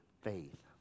faith